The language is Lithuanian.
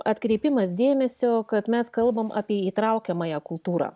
atkreipimas dėmesio kad mes kalbam apie įtraukiamąją kultūrą